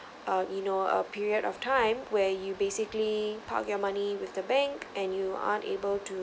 uh you know a period of time where you basically park you money with the bank and you unable to